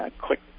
quick